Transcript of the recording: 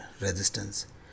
resistance